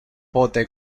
pote